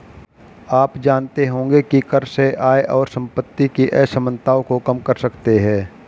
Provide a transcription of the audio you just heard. आप जानते होंगे की कर से आय और सम्पति की असमनताओं को कम कर सकते है?